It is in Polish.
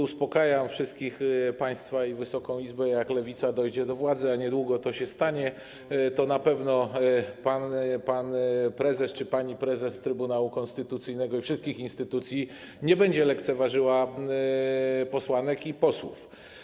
Uspokajam wszystkich państwa i Wysoką Izbę: jak Lewica dojdzie do władzy, a niedługo to się stanie, to na pewno pan prezes czy pani prezes Trybunału Konstytucyjnego i wszystkich instytucji nie będą lekceważyć posłanek i posłów.